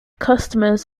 customers